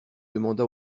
demanda